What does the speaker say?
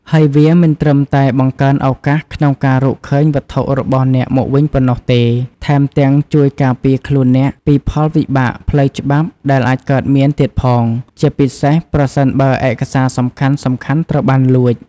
ហើយវាមិនត្រឹមតែបង្កើនឱកាសក្នុងការរកឃើញវត្ថុរបស់អ្នកមកវិញប៉ុណ្ណោះទេ ថែមទាំងជួយការពារខ្លួនអ្នកពីផលវិបាកផ្លូវច្បាប់ដែលអាចកើតមានទៀតផង ជាពិសេសប្រសិនបើឯកសារសំខាន់ៗត្រូវបានលួច។